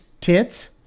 tits